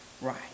right